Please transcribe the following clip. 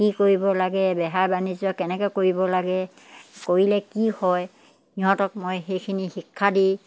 কি কৰিব লাগে বেহাৰ বাণিজ্য কেনেকৈ কৰিব লাগে কৰিলে কি হয় সিহঁতক মই সেইখিনি শিক্ষা দি